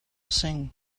sing